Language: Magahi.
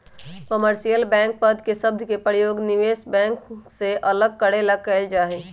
कमर्शियल बैंक पद के शब्द के प्रयोग निवेश बैंक से अलग करे ला कइल जा हई